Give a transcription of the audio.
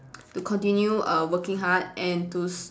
to continue err working hard and to s~